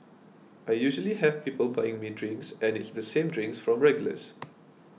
I usually have people buying me drinks and it's the same drinks from regulars